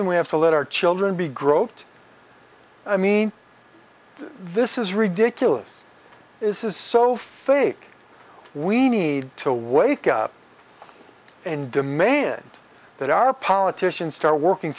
and we have to let our children be groat i mean this is ridiculous this is so fake we need to wake up and demand that our politicians start working